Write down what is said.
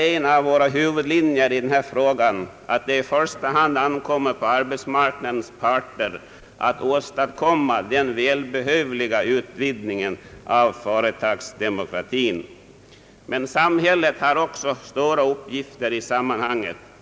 En av våra huvudlinjer i denna fråga är att det i första hand ankommer på arbetsmarknadens parter att åstadkomma den välbehövliga utvidgningen av företagsdemokratin. Men samhället har också stora uppgifter i sammanhanget.